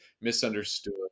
misunderstood